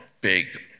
big